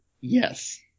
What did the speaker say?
Yes